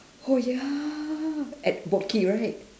oh ya at boat quay right